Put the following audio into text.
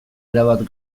erabat